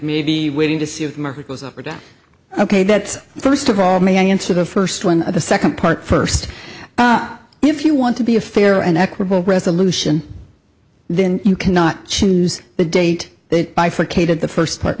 maybe waiting to see if the market goes up or down ok that's first of all may i answer the first one the second part first if you want to be a fair and equitable resolution then you cannot choose the date they bifurcated the first part